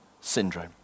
syndrome